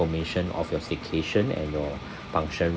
information of your staycation and your function